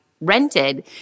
rented